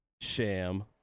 Sham